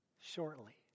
shortly